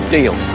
Deal